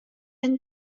and